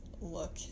look